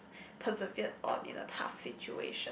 preserve on in a tough situation